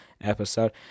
episode